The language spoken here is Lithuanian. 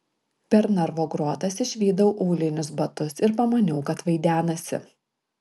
per narvo grotas išvydau aulinius batus ir pamaniau kad vaidenasi